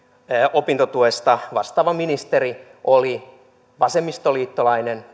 opintotuesta vastaava ministeri oli vasemmistoliittolainen